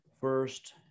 First